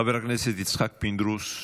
חבר הכנסת יצחק פינדרוס,